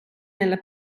nella